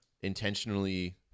intentionally